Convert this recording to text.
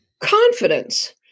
confidence